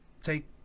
take